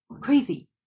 crazy